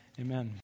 amen